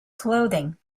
clothing